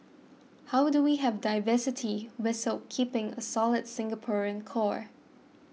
how do we have diversity whistle keeping a solid Singaporean core